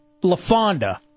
Lafonda